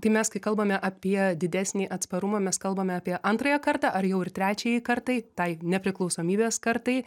tai mes kai kalbame apie didesnį atsparumą mes kalbame apie antrąją kartą ar jau ir trečiajai kartai tai nepriklausomybės kartai